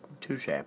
Touche